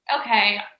Okay